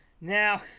Now